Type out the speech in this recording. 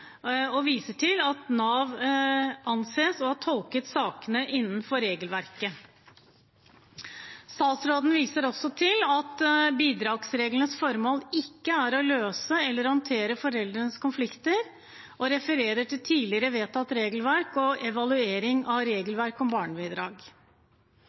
og viser til at Nav anses å ha tolket sakene innenfor regelverket. Statsråden viser også til at bidragsreglenes formål ikke er å løse eller å håndtere foreldrenes konflikter, og refererer til tidligere vedtatt regelverk og evaluering av